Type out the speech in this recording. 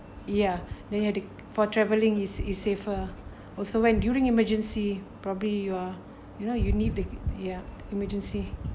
ya then you have to for traveling is is safer also went during emergency probably you're you know you need the ya emergency